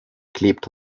klebt